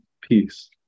peace